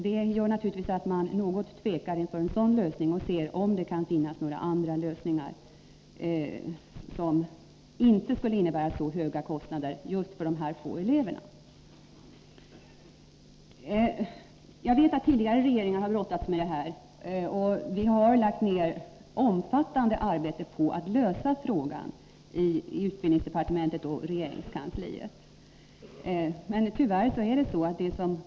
Detta gör naturligtvis att man tvekar något inför en sådan lösning och vill se om det kan finnas andra lösningar som inte skulle innebära så höga kostnader för dessa få elever. Jag vet att tidigare regeringar har brottats med den här frågan, och vi har inom utbildningsdepartementet och regeringskansliet lagt ned ett omfattande arbete på att lösa den.